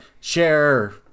share